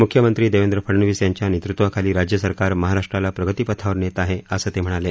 मुख्यमंत्री देवेंद्र फडनवीस यांच्या नेतृत्वाखाली राज्य सरकार महाराष्ट्राला प्रगतीपथावर नेत आहे असं ते म्हणाले